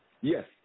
Yes